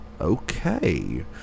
Okay